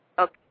okay